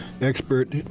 expert